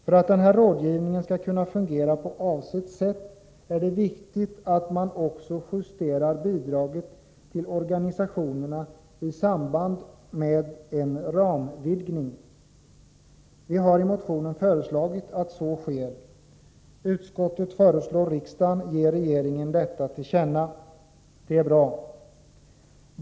För att denna rådgivning skall kunna fungera på avsett sätt är det viktigt att man också justerar bidraget till organisationerna i samband med en ramvidgning. Vi har i motionen föreslagit att så sker. Utskottet föreslår riksdagen att som sin mening ge regeringen detta till känna. Det är bra.